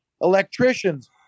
electricians